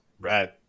right